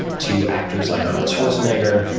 to actors like arnold schwarzenegger,